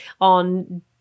on